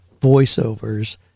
voiceovers